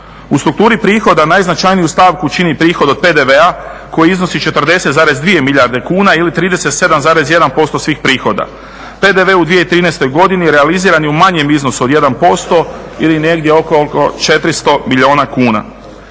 U strukturi prihoda najznačajniju stavku čini prihod od PDV-a koji iznosi 40,2 milijarde kuna ili 37,1% svih prihoda. PDV u 2013. godini realiziran je u manjem iznosu od 1% ili negdje oko 400 milijuna kuna.